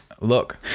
look